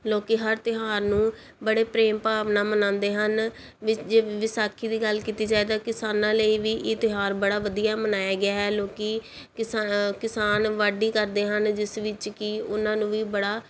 ਲੋਕ ਹਰ ਤਿਉਹਾਰ ਨੂੰ ਬੜੇ ਪ੍ਰੇਮ ਭਾਵ ਨਾਲ ਮਨਾਉਂਦੇ ਹਨ ਵੀ ਜੇ ਵਿਸਾਖੀ ਦੀ ਗੱਲ ਕੀਤੀ ਜਾਏ ਤਾਂ ਕਿਸਾਨਾਂ ਲਈ ਵੀ ਇਹ ਤਿਉਹਾਰ ਬੜਾ ਵਧੀਆ ਮਨਾਇਆ ਗਿਆ ਹੈ ਲੋਕ ਕਿਸਾ ਕਿਸਾਨ ਵਾਢੀ ਕਰਦੇ ਹਨ ਜਿਸ ਵਿੱਚ ਕਿ ਉਹਨਾਂ ਨੂੰ ਵੀ ਬੜਾ